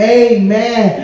amen